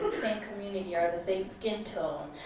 same community, ah but same skin tone,